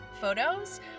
photos